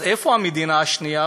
אז איפה המדינה השנייה,